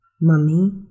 Mummy